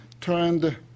turned